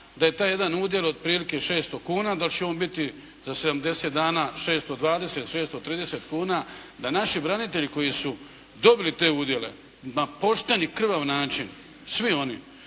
da je taj jedan udjel otprilike 600 kuna, da će on biti za 70 dana 620, 630 kuna, da naši branitelji koji su dobili te udjele na pošten i krvav način, svi oni